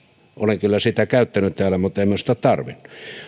olen kyllä sitä käyttänyt täällä mutta en ole sitä tarvinnut